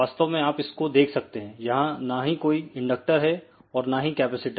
वास्तव में आप इसको देख सकते हैं यहां ना ही कोई इंडक्टर है और ना ही कैपेसिटर है